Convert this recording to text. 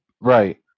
right